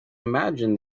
imagine